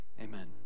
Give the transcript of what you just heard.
Amen